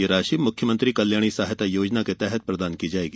यह राशि मुख्यमंत्री कल्याणी सहायता योजना के तहत प्रदान की जायेगी